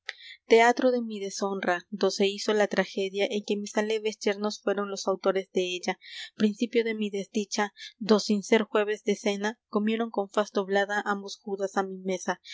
manera teatro de mi deshonra do se hizo la tragedia en que mis aleves yernos fueron los autores de ella principio de mi desdicha do sin ser jueves de cena comieron con faz doblada ambos judas á mi mesa